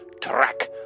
track